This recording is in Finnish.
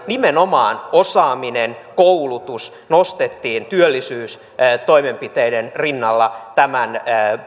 nimenomaan osaaminen koulutus nostettiin työllisyystoimenpiteiden rinnalla tämän